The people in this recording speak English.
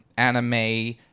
anime